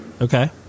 Okay